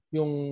Yung